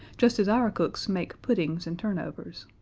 just as our cooks make puddings and turnovers.